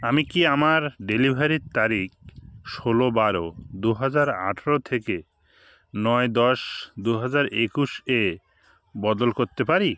আমি কি আমার ডেলিভারির তারিখ ষোলো বারো দু হাজার আঠেরো থেকে নয় দশ দু হাজার একুশ এ বদল করতে পারি